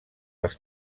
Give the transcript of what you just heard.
als